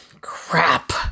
crap